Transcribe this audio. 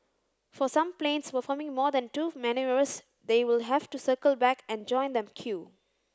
for some planes performing more than two manoeuvres they will have to circle back and join the queue